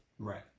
Right